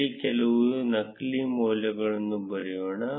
ಇಲ್ಲಿ ಕೆಲವು ನಕಲಿ ಮೌಲ್ಯಗಳನ್ನು ಬರೆಯೋಣ